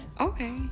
Okay